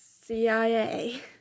CIA